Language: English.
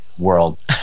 world